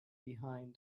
behind